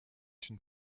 une